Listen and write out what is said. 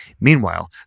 Meanwhile